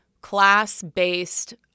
class-based